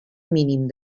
mínim